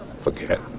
Forget